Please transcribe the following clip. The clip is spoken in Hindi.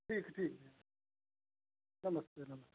ठीक ठीक नमस्ते नमस्ते